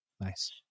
Nice